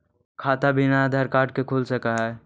खाता बिना आधार कार्ड के खुल सक है?